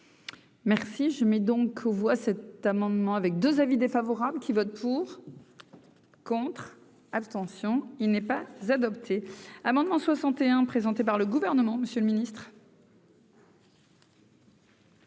Merci, je mets donc aux voix cet amendement avec 2 avis défavorables qui votent pour, contre, abstention, il n'est pas adopté. Amendement 61 présenté par le gouvernement, Monsieur le Ministre.